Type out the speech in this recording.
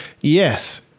Yes